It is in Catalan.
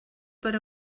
per